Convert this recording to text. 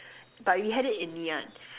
but we had it in Ngee-Ann